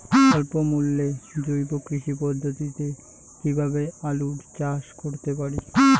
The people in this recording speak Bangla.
স্বল্প মূল্যে জৈব কৃষি পদ্ধতিতে কীভাবে আলুর চাষ করতে পারি?